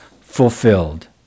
fulfilled